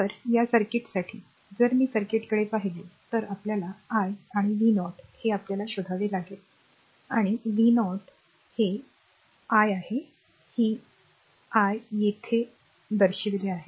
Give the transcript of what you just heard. तर या सर्किटसाठी जर मी सर्किटकडे पाहिले तर आपल्याला i आणि i आणि r v0 हे आपल्याला शोधावे लागेल आणि v0 आणि हे r i आहे ही r i येथे आहे ही r i आहे